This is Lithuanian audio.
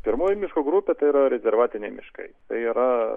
pirmoji miško grupė tai yra rezervatiniai miškai tai yra